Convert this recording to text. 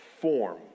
form